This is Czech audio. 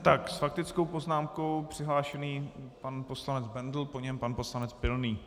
S faktickou poznámkou přihlášený pan poslanec Bendl, po něm pan poslanec Pilný.